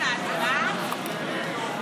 אתה מחכה, מחכה למישהו?